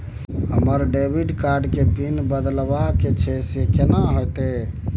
हमरा debit card के PIN बदलवा के छै से कोन होतै?